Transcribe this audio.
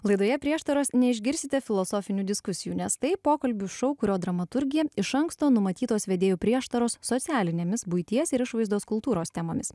laidoje prieštaros neišgirsite filosofinių diskusijų nes tai pokalbių šou kurio dramaturgija iš anksto numatytos vedėjų prieštaros socialinėmis buities ir išvaizdos kultūros temomis